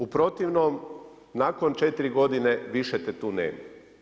U protivnom nakon četiri godine više te tu nema.